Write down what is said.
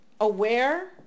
aware